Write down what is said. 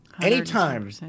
Anytime